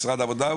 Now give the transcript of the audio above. משרד העבודה,